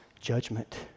judgment